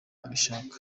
abishaka